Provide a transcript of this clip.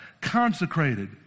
consecrated